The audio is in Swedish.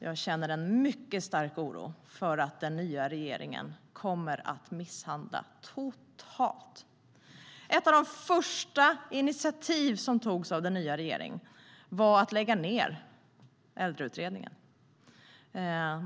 Jag känner en mycket stark oro för att den nya regeringen kommer att misshandla det här området totalt. Ett av de första initiativen som togs av den nya regeringen var att lägga ned Äldreutredningen.